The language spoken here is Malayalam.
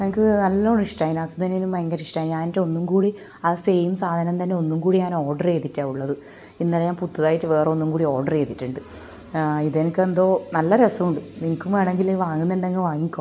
എനിക്ക് നല്ലോണം ഇഷ്ടായിന് ഹസ്ബൻ്റിനും ഭയങ്കര ഇഷ്ടമായി ഞാനിന്നിട്ട് ഒന്നുംകൂടി ആ സെയിം സാധനം തന്നെ ഒന്നും കൂടി ഞാൻ ഓർഡർ ചെയ്തിട്ടാണ് ഉള്ളത് ഇന്നലെ ഞാൻ പുതുതായിട്ട് വേറെ ഒന്നും കൂടി ഓർഡറെയ്തിട്ടുണ്ട് ഇതെനക്കെന്തോ നല്ല രസമുണ്ട് നിങ്ങക്കും വേണമെങ്കിൽ വാങ്ങുന്നുണ്ടെങ്കിൽ വാങ്ങിക്കോളു